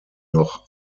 noch